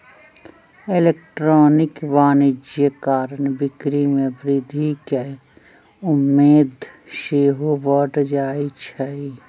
electronic वाणिज्य कारण बिक्री में वृद्धि केँ उम्मेद सेहो बढ़ जाइ छइ